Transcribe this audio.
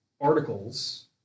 articles